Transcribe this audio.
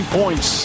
points